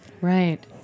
Right